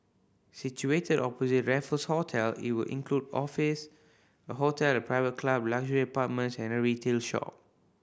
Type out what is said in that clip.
situated opposite Raffles Hotel it will include office a hotel a private club luxury apartments and a retail shop